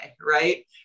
Right